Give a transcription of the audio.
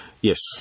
Yes